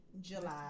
July